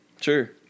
Sure